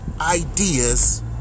ideas